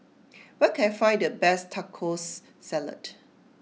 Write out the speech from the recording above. where can I find the best Tacos Salad